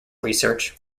research